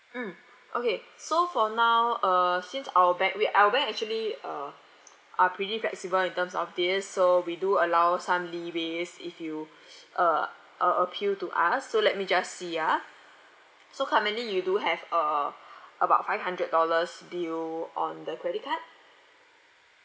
mm okay so for now uh since our bank we our bank actually uh are pretty flexible in terms of this so we do allow some leeways if you uh uh appeal to us so let me just see ah so currently you do have uh about five hundred dollars due on the credit card